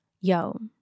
Yo